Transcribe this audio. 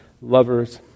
lovers